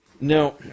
Now